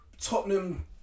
Tottenham